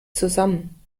zusammen